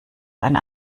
eine